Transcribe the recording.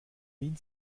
wien